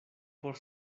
por